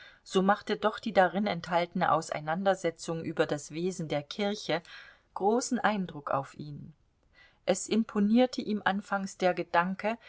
so machte doch die darin enthaltene auseinandersetzung über das wesen der kirche großen eindruck auf ihn es imponierte ihm anfangs der gedanke